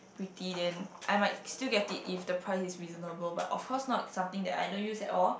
pretty then I might still get it if the price is reasonable but of course not something that I don't use at all